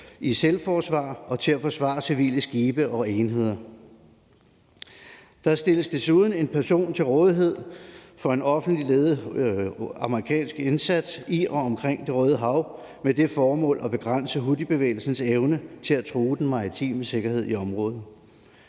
i selvforsvar og til at forsvare civile skibe og enheder. Der stilles desuden en person til rådighed for en offentligt ledet amerikansk indsats i og omkring Det Røde Hav med det formål at begrænse houthibevægelsens evne til at true den maritime sikkerhed i området.